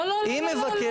לא, לא, לא.